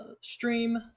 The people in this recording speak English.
stream